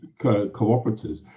cooperatives